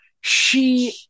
She-